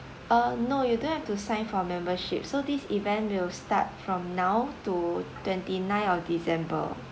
uh no you don't have to sign for membership so this event will start from now to twenty nine of december